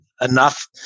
enough